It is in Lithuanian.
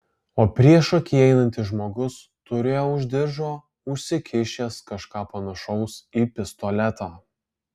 o priešaky einantis žmogus turėjo už diržo užsikišęs kažką panašaus į pistoletą